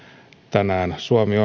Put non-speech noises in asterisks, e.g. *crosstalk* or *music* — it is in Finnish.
tänään suomi *unintelligible*